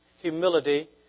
humility